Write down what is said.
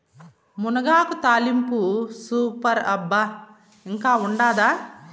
మునగాకు తాలింపు సూపర్ అబ్బా ఇంకా ఉండాదా